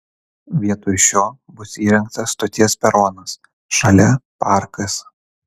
vietoj šio bus įrengtas stoties peronas šalia parkas